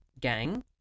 gang